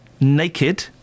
naked